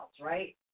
right